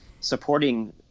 supporting